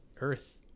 Earth